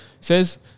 says